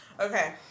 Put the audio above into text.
Okay